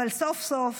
אבל סוף-סוף